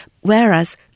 Whereas